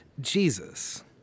Jesus